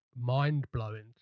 mind-blowing